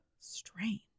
strange